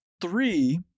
three